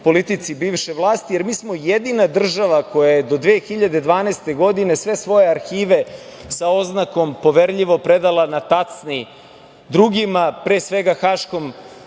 politici bivše vlasti, jer mi smo jedina država koja je do 2012. godine sve svoje arhive sa oznakom „poverljivo“ predala na tacni drugima, pre svega Haškom